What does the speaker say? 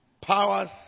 powers